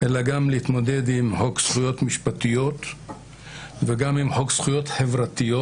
אלא להתמודד גם עם חוק זכויות משפטיות וגם עם חוק זכויות חברתיות.